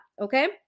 okay